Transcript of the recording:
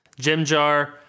Jimjar